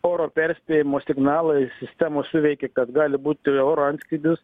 oro perspėjimo signalai sistemos suveikė kad gali būti oro antskrydis